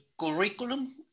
curriculum